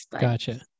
Gotcha